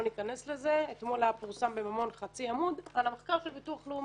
ניכנס לזה אתמול פורסם בממון חצי עמוד על המחקר של ביטוח לאומי,